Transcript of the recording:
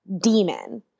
demon